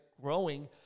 growing